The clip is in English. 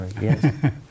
Yes